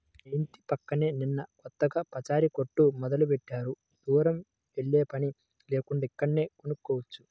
మా యింటి పక్కనే నిన్న కొత్తగా పచారీ కొట్టు మొదలుబెట్టారు, దూరం వెల్లేపని లేకుండా ఇక్కడే కొనుక్కోవచ్చు